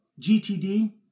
GTD